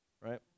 right